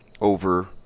over